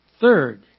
Third